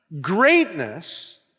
Greatness